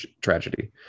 tragedy